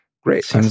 great